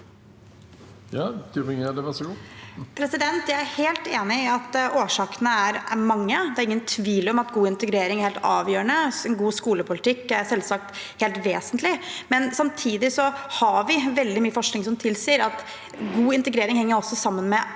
Jeg er helt enig i at årsakene er mange. Det er ingen tvil om at god integrering er helt avgjørende, og en god skolepolitikk er selvsagt helt vesentlig. Samtidig har vi veldig mye forskning som tilsier at god integrering også henger sammen med